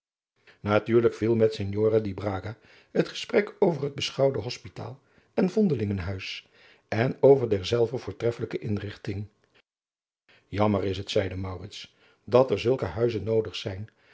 natuurlijk viel met signore di braga het gesprek over het beschouwde hospitaal en vondelinghuis en over derzelver voortreffelijke inrigting jammer is het zeide maurits dat er zulke huizen noodig zijn